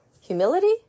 Humility